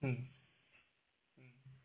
mm